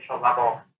level